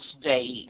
state